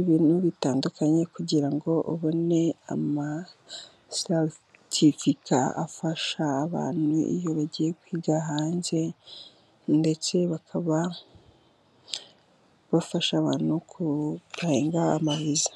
ibintu bitandukanye kugira ngo ubone amaseritifika afasha abantu iyo bagiye kwiga hanze , ndetse bakaba bafasha abantu kwapulayinga amaviza.